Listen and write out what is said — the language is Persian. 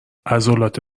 عضلات